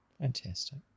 Fantastic